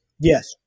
yes